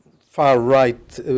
far-right